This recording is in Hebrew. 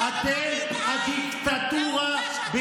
אתם דמוקרטיה למראית עין,